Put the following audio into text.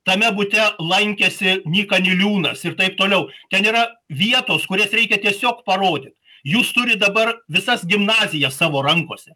tame bute lankėsi nyka niliūnas ir taip toliau ten yra vietos kurias reikia tiesiog parodyt jūs turit dabar visas gimnazijas savo rankose